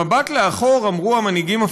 במבט לאחור אמרו המנהיגים הפלסטינים,